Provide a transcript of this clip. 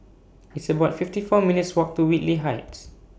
It's about fifty four minutes Walk to Whitley Heights